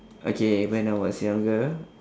okay when I was younger